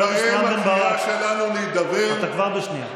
אתה תיכנס קודם, אתה תיכנס קודם.